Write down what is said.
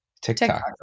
TikTok